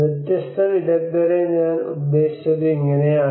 വ്യത്യസ്ത വിദഗ്ധരെ ഞാൻ ഉദ്ദേശിച്ചത് ഇങ്ങനെയാണ്